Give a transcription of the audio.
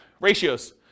ratios